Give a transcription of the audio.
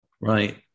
Right